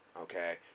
okay